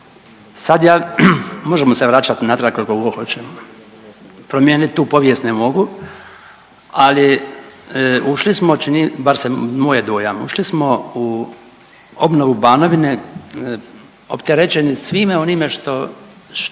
Sad ja, možemo se vraćati natrag koliko god hoćemo, promijenit tu povijest ne mogu, ali ušli smo, .../nerazumljivo/... bar se, moj je dojam, ušli smo u obnovu Banovine opterećeni svime onime što